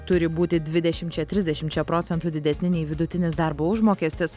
turi būti dvidešimčia trisdešimčia procentų didesni nei vidutinis darbo užmokestis